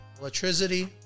electricity